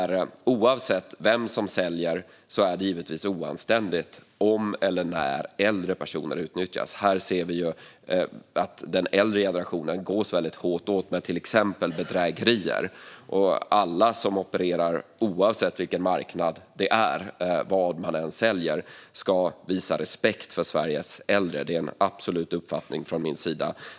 Oavsett vem som säljer är det givetvis oanständigt om eller när äldre personer utnyttjas. Här ser vi att den äldre generationen gås väldigt hårt åt med till exempel bedrägerier. Alla som verkar på marknaden, oavsett vad man säljer, ska visa respekt för Sveriges äldre. Det är en absolut uppfattning från min sida.